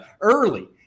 early